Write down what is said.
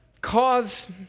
cause